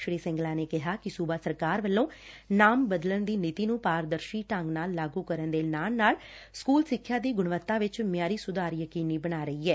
ਸ੍ਰੀ ਸਿੰਗਲਾ ਨੇ ਕਿਹਾ ਕਿ ਸੁਬਾ ਸਰਕਾਰ ਵੱਲੋਂ ਨਾਮ ਬਦਲਣ ਦੀ ਨੀਤੀ ਨੂੰ ਪਾਰਦਰਸ਼ੀ ਢੰਗ ਨਾਲ ਲਾਗੁ ਕਰਨ ਦੇ ਨਾਲ ਨਾਲ ਸਕੁਲ ਸਿੱਖਿਆ ਦੀ ਗੁਣਵੱਤਾ ਵਿੱਚ ਮਿਆਰੀ ਸੁਧਾਰ ਯਕੀਨੀ ਬਣਾ ਰਹੀ ਏ